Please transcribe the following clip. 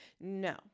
No